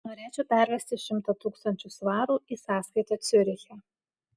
norėčiau pervesti šimtą tūkstančių svarų į sąskaitą ciuriche